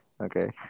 Okay